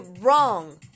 wrong